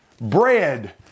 bread